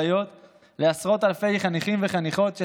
והועברו הסמכויות משר החינוך לשר ההתיישבות,